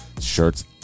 shirts